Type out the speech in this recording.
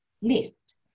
list